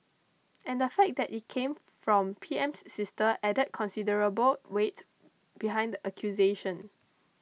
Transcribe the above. and the fact that it came from PM's sister added considerable weight behind the accusation